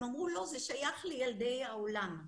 הם אמרו שזה שייך לילדי העולם.